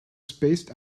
spaced